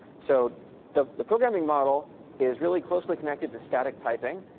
so the the programming model is really closely connected to static typing.